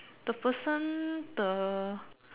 the person the